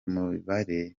mibare